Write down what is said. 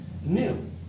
new